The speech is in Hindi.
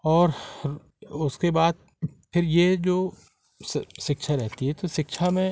और उसके बाद फिर यह जो शिक्षा रहती है तो शिक्षा में